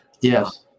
Yes